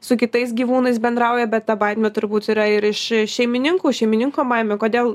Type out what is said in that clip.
su kitais gyvūnais bendrauja bet ta baimė turbūt yra ir iš šeimininkų šeimininko baimė kodėl